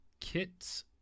kits